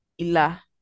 ila